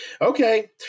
Okay